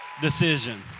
decision